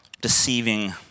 deceiving